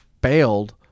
bailed